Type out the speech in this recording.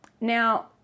Now